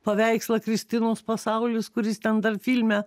paveikslą kristinos pasaulis kuris ten dar filme